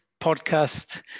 podcast